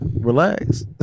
relax